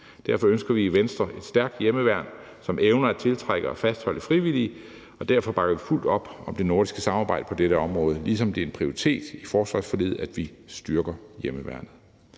Derfor ønsker vi i Venstre et stærkt hjemmeværn, som evner at tiltrække og fastholde frivillige, og derfor bakker vi fuldt ud op om det nordiske samarbejde på dette område, ligesom det er en prioritet i forsvarsforliget, at vi styrker hjemmeværnet.